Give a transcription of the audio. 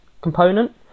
component